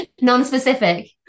Non-specific